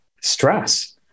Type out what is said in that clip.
stress